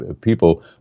people